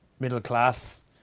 middle-class